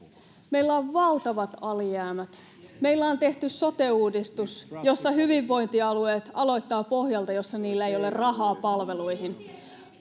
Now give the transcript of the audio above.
Meillä on valtavat alijäämät, meillä on tehty sote-uudistus, jossa hyvinvointialueet aloittavat pohjalta, jossa niillä ei ole rahaa palveluihin.